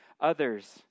others